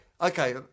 okay